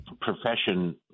profession